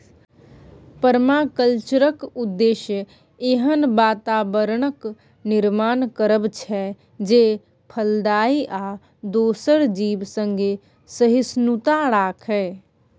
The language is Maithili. परमाकल्चरक उद्देश्य एहन बाताबरणक निर्माण करब छै जे फलदायी आ दोसर जीब संगे सहिष्णुता राखय